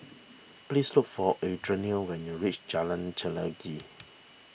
please look for Adrianne when you reach Jalan Chelagi